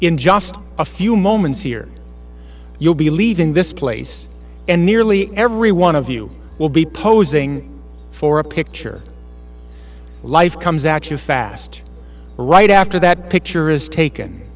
in just a few moments here you'll be leaving this place and nearly every one of you will be posing for a picture life comes out you fast right after that picture is taken